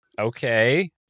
Okay